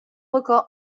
record